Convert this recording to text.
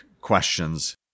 questions